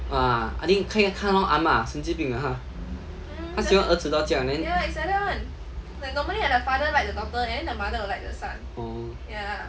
!wah! I think 可以看到阿嫲神经病的她她喜欢儿子到这样 then orh